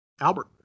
Albert